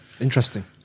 interesting